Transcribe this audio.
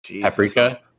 paprika